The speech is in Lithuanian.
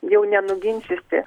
jau nenuginčysi